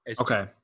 Okay